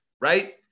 right